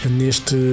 neste